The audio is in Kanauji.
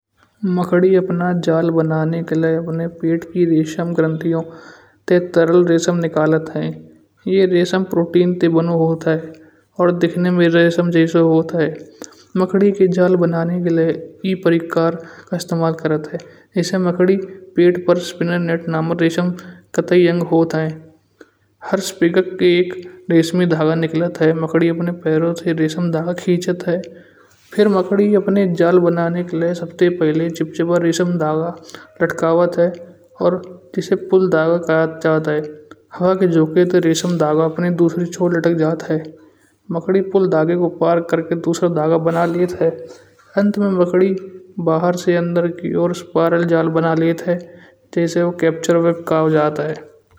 मकड़ी अपना जाल बनाने क लिए अपनी पीठ की रेशम ग्रंथियों ते तरल रेशम निकालत ह। येह रेशम प्रोटीन ते बना होत ह। येह दिखने म रेशम जैसो होत ह। मकड़ी के जाल बनाने के लिए ए प्रकार का इस्तमाल करात ह। इसे मकड़ी पीठ पर इसेपत नामक रेशम कताई आंग होत ह। हर्षपीठ के एक रेशमी धागा निकरत ह। मकड़ी अपने परों से रेशम धागा खीचत ह फिर मकड़ी अपना जाल बनाने क लिए सबते पहले चिपचिपा रेशम धागा लटकावत ह और इसे पुल धागा खा जात ह। हवा के झोंके ते रेशम धागा दूसरी चोर लटक जात ह। मकड़ी पुल धागे को पार करके दुसरा धागा बना लेत ह। अंत में मकड़ी बाहर से अंदर की और स्पाइरल जाल बना लेत ह। जैसे वो कैप्चर बर्ग खा जात ह।